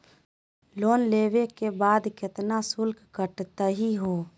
Loan लेवे के बाद केतना शुल्क कटतही हो?